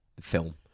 film